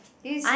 this